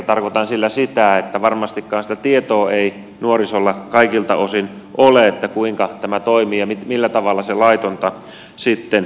tarkoitan sillä sitä että varmastikaan sitä tietoa ei nuorisolla kaikilta osin ole että kuinka tämä toimii ja millä tavalla se laitonta sitten on